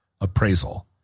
appraisal